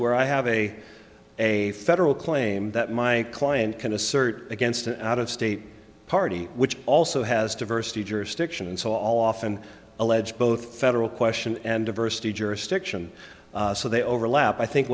where i have a a federal claim that my client can assert against an out of state party which also has diversity jurisdiction and so often allege both federal question and diversity jurisdiction so they overlap i think